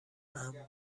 امن